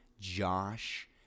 Josh